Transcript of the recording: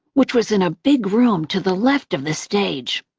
which was in a big room to the left of the stage.